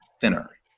thinner